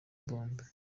bombe